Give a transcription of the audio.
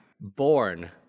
born